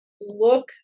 look